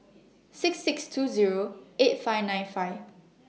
six six two Zero eight five nine five